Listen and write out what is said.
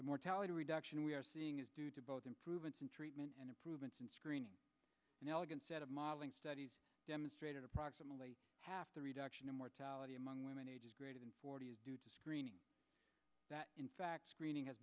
the mortality reduction we are seeing is due to both improvements in treatment and improvements in screening and elegant set of modeling studies demonstrated approximately half the reduction in mortality among women greater than forty is due to screening that in fact screening has